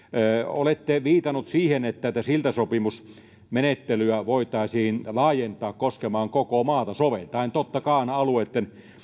olette viitannut siihen että tätä siltasopimusmenettelyä voitaisiin laajentaa koskemaan koko maata soveltaen totta kai alueitten